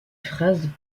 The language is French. phrases